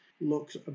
looks